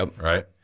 Right